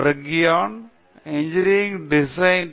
பேராசிரியர் பிரதாப் ஹரிதாஸ் சரி கிரேட் உங்களிடம் ஏதோ இருந்தது